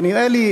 ונראה לי,